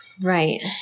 Right